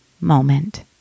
moment